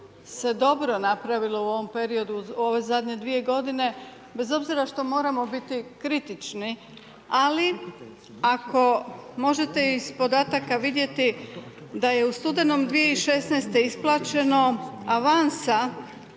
se dobro napravilo u ovom periodu u ove zadnje dvije godine bez obzira što moramo biti kritični, ali ako možete iz podataka vidjeti da je u studenom 2016. isplaćeno avansa